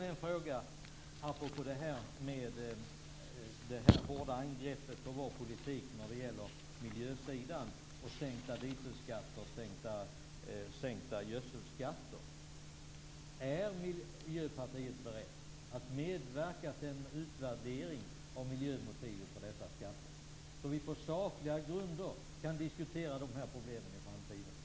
Sedan en fråga apropå det hårda angreppet på vår politik på miljösidan och sänkta dieselskatter och sänkta gödselskatter: Är Miljöpartiet berett att medverka till en utvärdering av miljömotivet för dessa skatter, så att vi kan diskutera de här problemen på sakliga grunder i framtiden?